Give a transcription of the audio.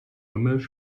immerse